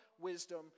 wisdom